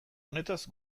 honetaz